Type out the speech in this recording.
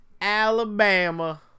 Alabama